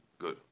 good